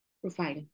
profile